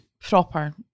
proper